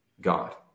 God